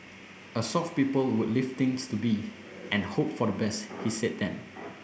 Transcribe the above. a soft people would leave things to be and hope for the best he said then